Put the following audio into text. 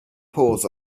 paws